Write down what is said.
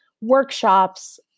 workshops